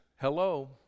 hello